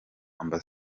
amb